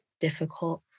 difficult